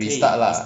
restart lah